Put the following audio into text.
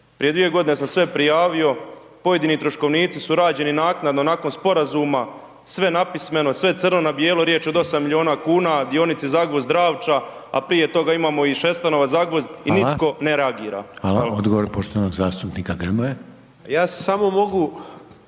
prije 2 g. sam sve prijavio, pojedini troškovnici su rađeni naknadno nakon sporazuma, sve napismeno, sve crno na bijelo, riječ je o 8 milijuna kuna, dionice Zagvozd-Ravča, a prije toga imamo i Šestanovac-Zagvozd i nitko ne reagira. **Reiner, Željko (HDZ)** Hvala. Odgovor poštovanog zastupnika Grmoje. **Grmoja,